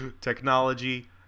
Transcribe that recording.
Technology